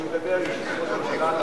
אני מדבר עם ראש הממשלה,